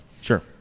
Sure